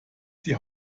die